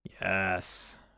Yes